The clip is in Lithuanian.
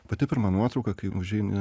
pati pirma nuotrauka kai užeini